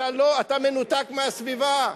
אתה מנותק מהסביבה,